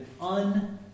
un-